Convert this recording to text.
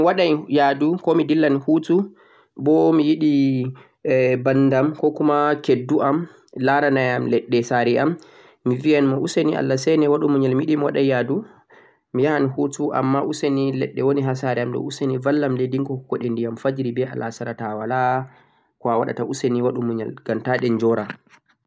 to mi waɗan yaadu, ko mi dillan 'hutu' bo mi yiɗi eh banndam 'ko kuma' keddu am laara na am leɗɗe saare am, mi biyan mo useni Allah sene waɗu muyal mi yiɗi mi waɗa yaadu, mi yahan 'hutu' ammaa useni leɗɗe woni ha saare am ɗo useni ballam le dinngu hokku go ɗi ndiyam fajiri be al'asara to a waawan to a walaa ko a waɗata, useni waɗu muyal ngam ta ɗe njoora.